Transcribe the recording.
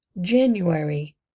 January